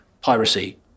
Piracy